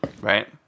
Right